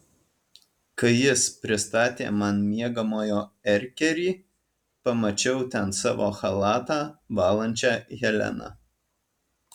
kai jis pristatė man miegamojo erkerį pamačiau ten savo chalatą valančią heleną